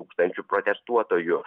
tūkstančių protestuotojų